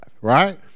right